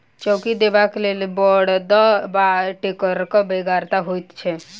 चौकी देबाक लेल बड़द वा टेक्टरक बेगरता होइत छै